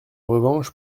revanche